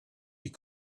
you